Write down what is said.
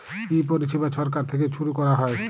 ই পরিছেবা ছরকার থ্যাইকে ছুরু ক্যরা হ্যয়